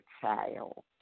child